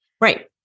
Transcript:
Right